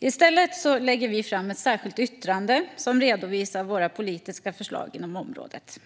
I stället lägger vi fram ett särskilt yttrande som redovisar våra politiska förslag inom området.